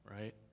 Right